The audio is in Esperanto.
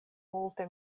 multe